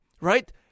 right